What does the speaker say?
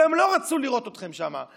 והם לא רצו לראות אתכם שם,